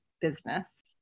business